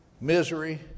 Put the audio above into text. misery